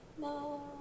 No